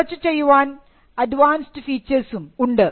search ചെയ്യുവാൻ advanced ഫീച്ചേഴ്സും ഉണ്ട്